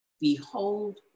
behold